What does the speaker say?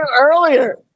earlier